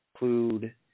include